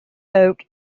oak